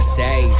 say